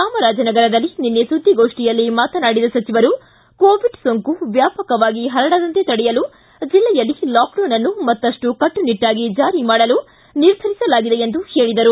ಚಾಮರಾಜನಗರದಲ್ಲಿ ನಿನ್ನೆ ಸುದ್ಲಿಗೋಷ್ಠಿಯಲ್ಲಿ ಮಾತನಾಡಿದ ಸಚಿವರು ಕೋವಿಡ್ ಸೋಂಕು ವ್ಯಾಪಕವಾಗಿ ಪರಡದಂತೆ ತಡೆಯಲು ಜಿಲ್ಲೆಯಲ್ಲಿ ಲಾಕ್ಡೌನ್ ಅನ್ನು ಮತ್ತಪ್ಟು ಕಟ್ಟುನಿಟ್ನಾಗಿ ಜಾರಿ ಮಾಡಲು ನಿರ್ಧರಿಸಲಾಗಿದೆ ಎಂದು ಹೇಳಿದರು